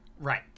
Right